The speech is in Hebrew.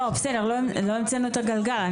לא המצאנו את הגלגל.